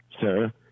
sir